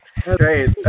Great